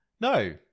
No